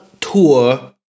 tour